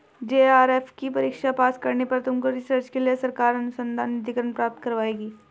JRF की परीक्षा pass करने पर तुमको रिसर्च के लिए सरकार अनुसंधान निधिकरण प्राप्त करवाएगी